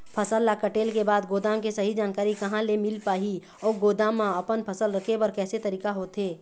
फसल ला कटेल के बाद गोदाम के सही जानकारी कहा ले मील पाही अउ गोदाम मा अपन फसल रखे बर कैसे तरीका होथे?